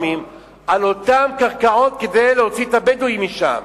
לפעמים על אותן קרקעות כדי להוציא את הבדואים משם.